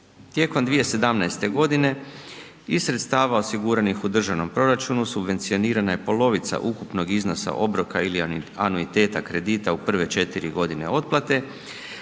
Tijekom 2017. godine i sredstava osiguranih u državnom proračunu subvencionirana je polovica ukupnog iznosa obroka ili anuiteta kredita u prve četiri godine otplate